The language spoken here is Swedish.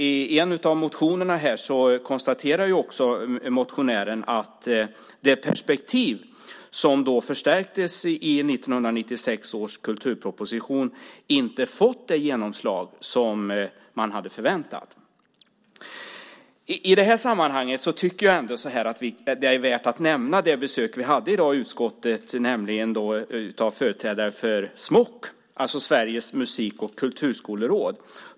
I en av motionerna konstaterar motionären att det perspektiv som förstärktes i 1996 års kulturproposition inte fått det genomslag som man hade förväntat. I det här sammanhanget tycker jag att det är värt att nämna det besök vi hade i dag i utskottet av företrädare för SMOK, Sveriges musik och kulturskoleråd.